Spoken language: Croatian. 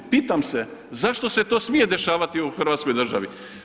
Pitam se zašto se to smije dešavati u Hrvatskoj državi?